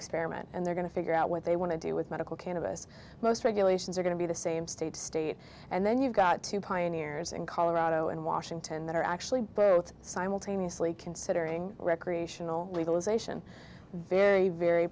experiment and they're going to figure out what they want to do with medical cannabis most regulations are going to be the same state state and then you've got two pioneers in colorado and washington that are actually both simultaneously considering recreational legalization very very